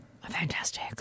Fantastic